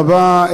תודה רבה.